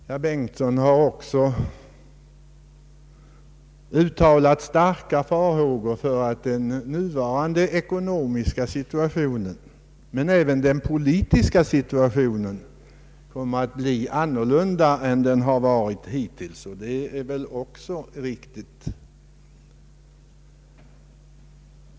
Herr Bengtson uttalade starka farhågor för att både den ekonomiska och den politiska situationen kommer att bli annorlunda än hittills — och det är väl också riktigt.